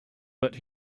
but